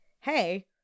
hey